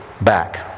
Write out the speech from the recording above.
back